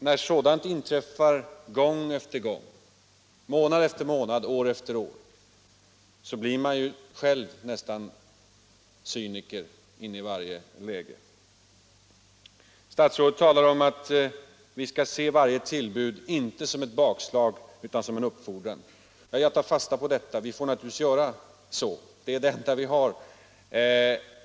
När sådant inträffar gång efter gång, månad efter månad, år efter år, förvandlas man nästan själv till cyniker i varje läge. Statsrådet talar om att vi skall se varje tillbud inte som ett bakslag utan som en uppfordran. Ja, jag tar fasta på det; vi får naturligtvis göra så.